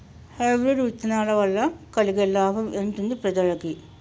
Hybrid విత్తనాల వలన కలిగే లాభం ఎంతుంది ప్రజలకి?